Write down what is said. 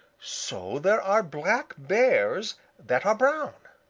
so there are black bears that are brown.